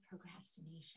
procrastination